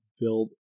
build